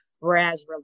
Whereas